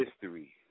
history